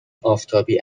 آفتابی